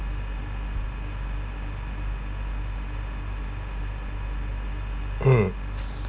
mm